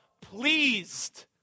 pleased